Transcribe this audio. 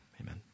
Amen